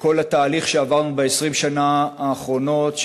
וכל התהליך שעברנו ב-20 השנה האחרונות,